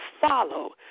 follow